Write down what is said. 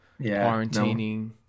quarantining